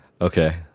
Okay